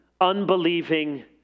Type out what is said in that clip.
unbelieving